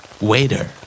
Waiter